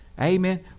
Amen